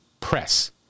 press